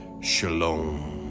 Shalom